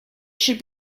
should